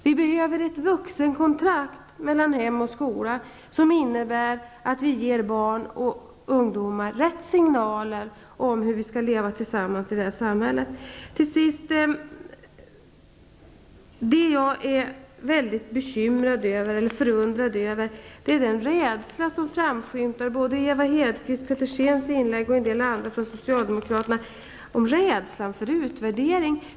Det behövs ett vuxenkontrakt mellan hem och skola, som innebär att vi ger barn och ungdomar rätt signaler om hur vi skall leva tillsammans i detta samhälle. Jag är förundrad över den rädsla för utvärdering som framskymtar både i Ewa Hedkvist Petersens och i en del andra socialdemokraters inlägg.